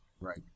Right